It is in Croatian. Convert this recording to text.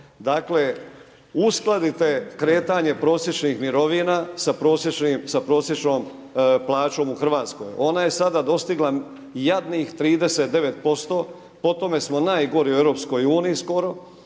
Dakle, uskladite kretanje prosječnih mirovina s prosječnim, sa prosječnom plaćom u Hrvatskoj. Ona je sada dostigla jadnih 39% potome smo najgori u EU skoro